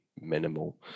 minimal